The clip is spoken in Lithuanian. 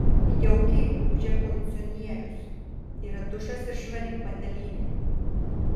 jaukiai ūžia kondicionierius yra dušas ir švari patalynė